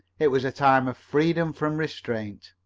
it was a time of freedom from restraint.